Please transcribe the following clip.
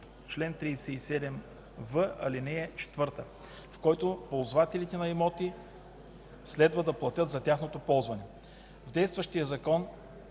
чл. 37в, ал.4, с който ползвателите на имоти следва да платят за тяхното ползване. В действащия закон